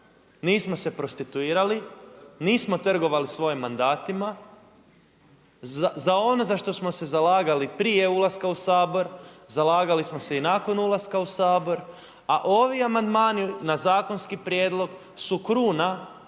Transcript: nismo se prostituirali, nismo trgovali svojim mandatima, za ono za što smo se zalagali prije ulaska u Sabor, zalagali smo se i nakon ulaska u Sabor a ovi amandmani na zakonski prijedlog su kruna